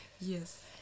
Yes